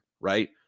right